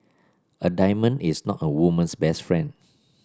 a diamond is not a woman's best friend